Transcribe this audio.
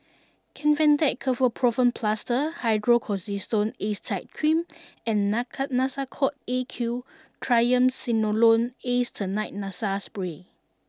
Kefentech Ketoprofen Plaster Hydrocortisone Acetate Cream and Naka Nasacort A Q Triamcinolone Acetonide Nasal Spray